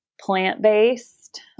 plant-based